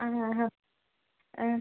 ಹಾಂ ಹಾಂ ಹಾಂ